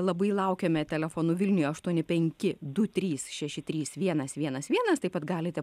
labai laukiame telefonu vilniuje aštuoni penki du trys šeši trys vienas vienas vienas taip pat galite